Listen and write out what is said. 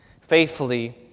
faithfully